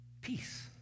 Peace